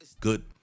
Good